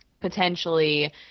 potentially